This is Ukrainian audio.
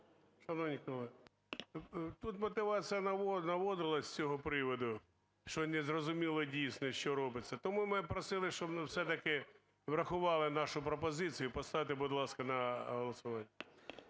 Шановні колеги, тут мотивація наводилась з цього приводу. Що не зрозуміло, дійсно, що робиться. Тому ми просили, щоб все-таки врахували нашу пропозицію. Поставте, будь ласка, на голосування.